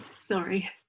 Sorry